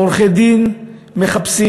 עורכי-דין מחפשים